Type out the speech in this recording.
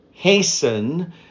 Hasten